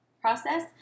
process